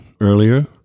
earlier